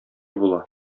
була